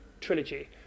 trilogy